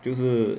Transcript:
就是